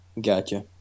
Gotcha